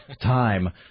time